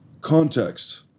context